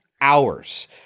hours